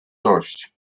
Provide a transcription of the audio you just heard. dość